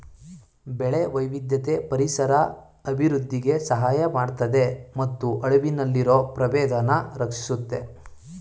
ಬೆಳೆ ವೈವಿಧ್ಯತೆ ಪರಿಸರ ಅಭಿವೃದ್ಧಿಗೆ ಸಹಾಯ ಮಾಡ್ತದೆ ಮತ್ತು ಅಳಿವಿನಲ್ಲಿರೊ ಪ್ರಭೇದನ ರಕ್ಷಿಸುತ್ತೆ